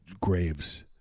graves